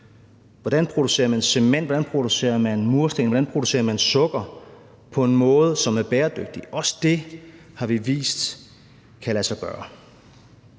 hvordan producerer man sukker på en måde, som er bæredygtig? Også det har vi vist kan lade sig gøre.